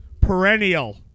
perennial